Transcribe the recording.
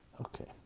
Okay